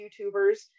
youtubers